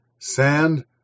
sand